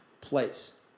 place